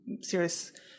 serious